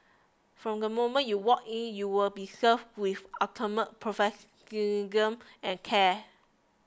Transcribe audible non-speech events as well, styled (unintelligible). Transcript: from the moment you walk in you will be served with ultimate (unintelligible) and care